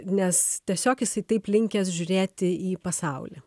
nes tiesiog jisai taip linkęs žiūrėti į pasaulį